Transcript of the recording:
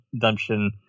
Dungeon